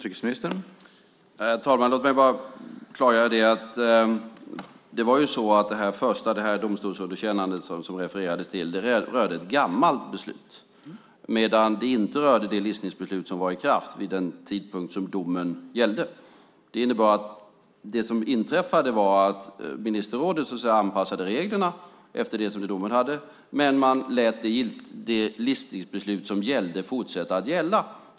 Herr talman! Låt mig klargöra att det domstolsunderkännande som det refereras till rörde ett gammalt beslut, medan det inte rörde det listningsbeslut som var i kraft vid den tidpunkt som domen gällde. Det innebär att det som inträffade var att ministerrådet anpassade reglerna efter det som domen sade, men man lät det listningsbeslut som gällde fortsätta att gälla.